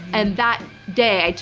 and that day,